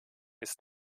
ist